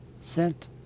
sent